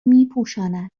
میپوشاند